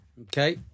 Okay